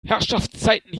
herrschaftszeiten